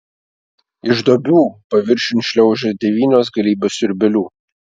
iš duobių paviršiun šliaužia devynios galybės siurbėlių